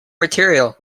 material